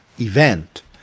event